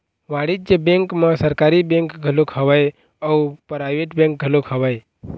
वाणिज्य बेंक म सरकारी बेंक घलोक हवय अउ पराइवेट बेंक घलोक हवय